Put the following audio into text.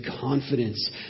confidence